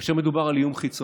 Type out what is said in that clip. כאשר מדובר על איום חיצוני,